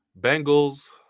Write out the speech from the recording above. Bengals